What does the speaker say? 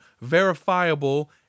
verifiable